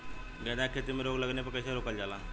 गेंदा की खेती में रोग लगने पर कैसे रोकल जाला?